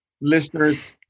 listeners